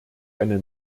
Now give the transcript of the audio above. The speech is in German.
eine